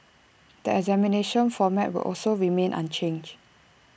the examination format will also remain unchanged